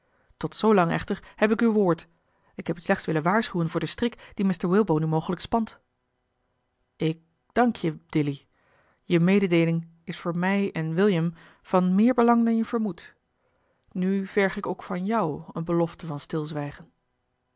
tot zoolang echter heb ik uw woord ik heb u slechts willen waarschuwen voor den strik dien mr walebone u mogelijk spant ik dank je dilly je mededeeling is voor mij en william van meer belang dan je vermoedt nu verg ik ook van jou eene belofte van stilzwijgen